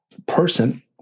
person